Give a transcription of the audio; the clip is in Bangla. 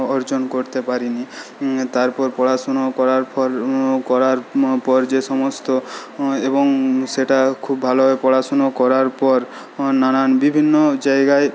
অর্জন করতে পারিনি তারপর পড়াশোনা করার পর করার পর যে সমস্ত এবং সেটা খুব ভালোভাবে পড়াশোনা করার পর নানান বিভিন্ন জায়গায়